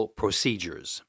procedures